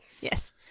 Yes